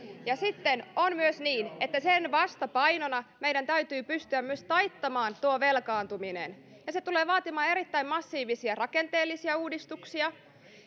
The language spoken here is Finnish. sitten on myös niin että sen vastapainona meidän täytyy pystyä myös taittamaan tuo velkaantuminen ja se tulee vaatimaan erittäin massiivisia rakenteellisia uudistuksia